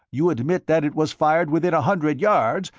you admit that it was fired within a hundred yards,